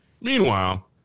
meanwhile